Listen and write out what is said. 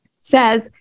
Says